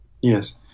Yes